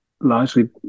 largely